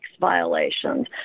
violations